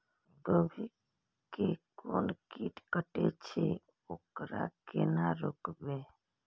गोभी के कोन कीट कटे छे वकरा केना रोकबे?